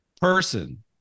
person